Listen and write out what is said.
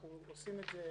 אנחנו עושים את זה